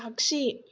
आगसि